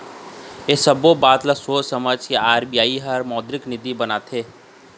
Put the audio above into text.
ऐ सब्बो बात ल सोझ समझ के आर.बी.आई ह मौद्रिक नीति बनाथे